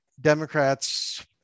Democrats